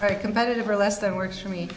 very competitive or less that works for me